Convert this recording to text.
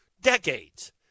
decades